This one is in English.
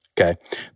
okay